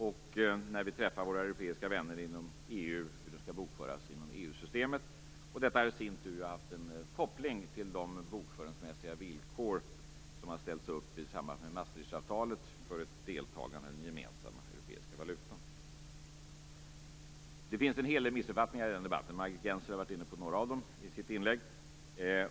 Och när vi träffar våra europeiska vänner inom EU gäller den hur den skall bokföras inom EU-systemet. Detta har i sin tur haft en koppling till de bokföringsmässiga villkor som har ställts upp i samband med Maastrichtavtalet när det gäller ett deltagande i den gemensamma europeiska valutan. Det finns en hel del missuppfattningar i den debatten. Margit Gennser var inne på några av dem i sitt inlägg.